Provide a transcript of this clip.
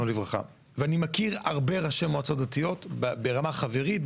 ואני מכיר הרבה ראשי מועצות דתיות ברמה חברית,